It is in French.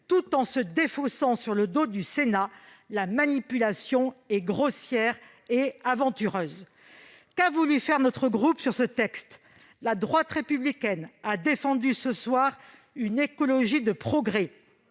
tout en se défaussant sur le dos du Sénat. La manipulation est grossière et aventureuse. Qu'a voulu faire notre groupe sur ce texte ? La droite républicaine a défendu ce soir une écologie de progrès